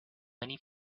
many